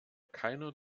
keiner